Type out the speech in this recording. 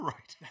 Right